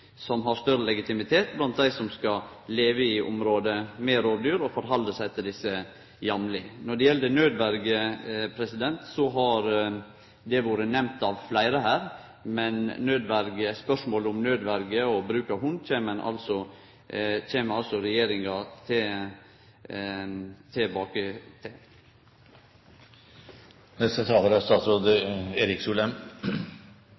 som har større legitimitet blant dei som skal leve i område med rovdyr, og som jamleg skal hanskast med desse. Når det gjeld nødverje, har det vore nemnt av fleire her. Spørsmålet om nødverje for hund kjem altså regjeringa tilbake til. La meg først starte med det store bildet, som jeg skal komme tilbake